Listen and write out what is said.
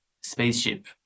spaceship